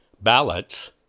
ballots